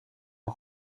een